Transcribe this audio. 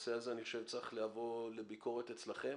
והנושא הזה צריך לבוא לביקורת אצלכם,